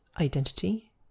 identity